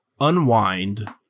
unwind